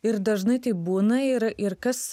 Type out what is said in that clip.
ir dažnai taip būna ir ir kas